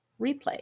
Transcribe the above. replay